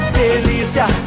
delícia